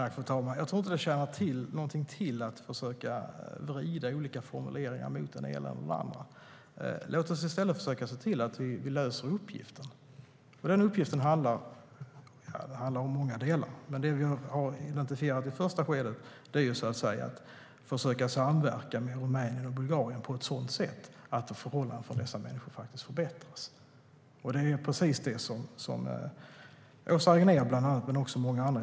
Fru talman! Jag tror inte att det tjänar något till att ställa olika formuleringar mot varandra. Låt oss i stället försöka lösa uppgiften. Uppgiften består av många delar, men det vi har identifierat i ett första skede är att vi ska försöka samverka med Rumänien och Bulgarien på ett sådant sätt att förhållandena för dessa människor förbättras. Det anser Åsa Regnér och många andra.